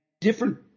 different